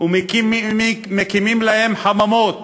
ומקימים להם חממות